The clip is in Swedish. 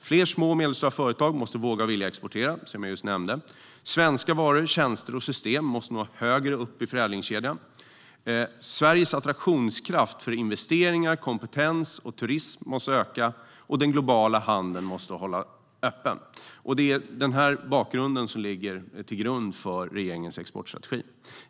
Fler små och medelstora företag måste våga och vilja exportera, vilket jag just nämnde. Svenska varor, tjänster och system måste nå högre upp i förädlingskedjan. Sveriges attraktionskraft för investeringar, kompetens och turism måste öka. Och den globala handeln måste hållas öppen. Det är detta som ligger till grund för regeringens exportstrategi.